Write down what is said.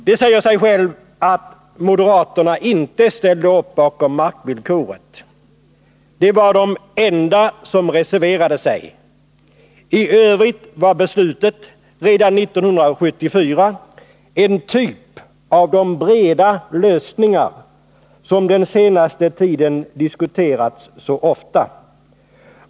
Det säger sig självt att moderaterna inte ställde upp bakom markvillkoret. De var de enda som reserverade sig. I övrigt var beslutet — redan 1974—en typ av de ”breda lösningar” som den senaste tiden diskuterats så ofta.